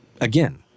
again